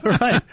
Right